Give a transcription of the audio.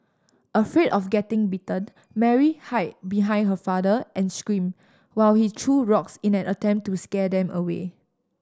afraid of getting bitten Mary hide behind her father and screamed while he threw rocks in an attempt to scare them away